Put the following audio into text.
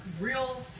real